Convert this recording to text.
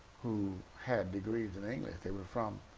who had degrees in english. they were from,